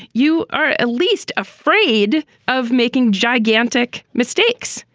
you are at least afraid of making gigantic mistakes.